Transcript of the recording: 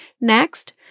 Next